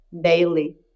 daily